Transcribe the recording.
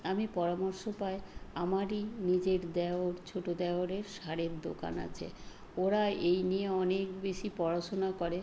আমি পরামর্শ পাই আমারই নিজের দেওর ছোট দেওরের সারের দোকান আছে ওরা এই নিয়ে অনেক বেশি পড়াশোনা করে